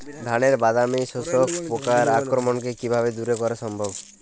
ধানের বাদামি শোষক পোকার আক্রমণকে কিভাবে দূরে করা সম্ভব?